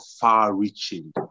far-reaching